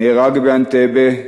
נהרג באנטבה,